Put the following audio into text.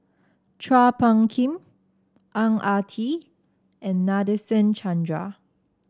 Chua Phung Kim Ang Ah Tee and Nadasen Chandra